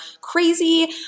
crazy